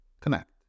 connect